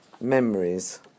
memories